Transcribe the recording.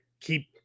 keep